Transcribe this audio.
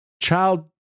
child